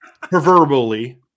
proverbially